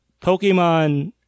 Pokemon